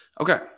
Okay